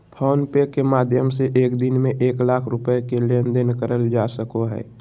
phone पे के माध्यम से एक दिन में एक लाख रुपया के लेन देन करल जा सको हय